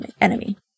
enemy